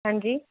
ਹਾਂਜੀ